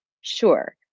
Sure